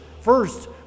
First